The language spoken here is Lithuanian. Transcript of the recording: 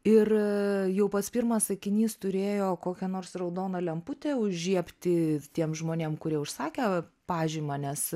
ir jau pats pirmas sakinys turėjo kokią nors raudoną lemputę užžiebti tiem žmonėm kurie užsakė pažymą nes